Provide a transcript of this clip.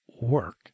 work